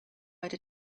ride